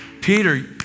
Peter